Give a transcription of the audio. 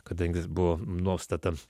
kadangi jis buvo nuostata